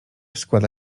składa